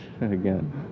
again